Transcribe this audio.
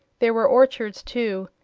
there were orchards, too,